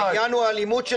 העניין הוא האלימות של המשטרה.